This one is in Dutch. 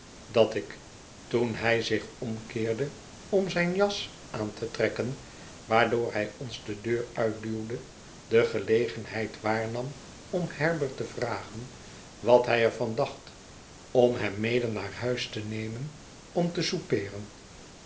dat ik toen hij zich omkeerde om zijne jas aan te trekken waardoor hij ons de deur uitduwde de gelegenheid waarnam om herbert te vragen wat hij er van dacht om hem mede naar huis te nemen om te soupeeren